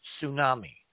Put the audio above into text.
tsunami